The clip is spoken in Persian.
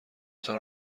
تان